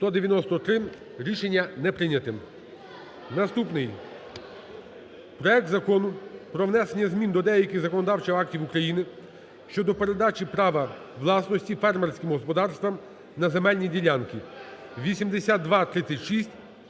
За-193 Рішення не прийнято. Наступний: проект Закону про внесення змін до деяких законодавчих актів України щодо передачі права власності фермерським господарствам на земельні ділянки (8236